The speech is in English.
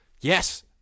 yes